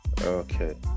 okay